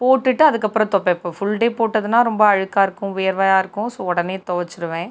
போட்டுட்டு அதுக்கப்புறம் துவப்பேன் ஃபுல் டே போட்டதுன்னா ரொம்ப அழுக்காக இருக்கும் வேர்வையாக இருக்கும் ஸோ உடனே துவச்சிருவேன்